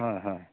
হয় হয়